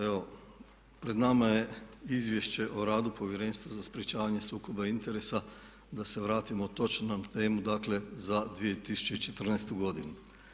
Evo pred nama je Izvješće o radu Povjerenstva za sprječavanje sukoba interesa da se vratimo točno na temu, dakle za 2014. godinu.